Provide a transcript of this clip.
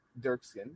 Dirksen